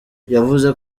yavuze